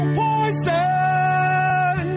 poison